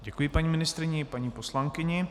Děkuji paní ministryni i paní poslankyni.